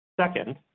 Second